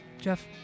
Jeff